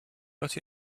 but